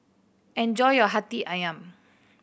enjoy your Hati Ayam